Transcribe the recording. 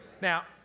Now